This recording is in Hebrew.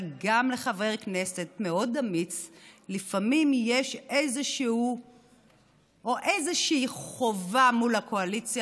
אבל גם לחברי כנסת מאוד אמיץ יש לפעמים איזושהי חובה מול הקואליציה,